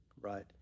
right